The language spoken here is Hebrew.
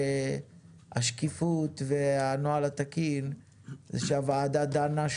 השקיפות והנוהל התקין הוא שהוועדה דנה,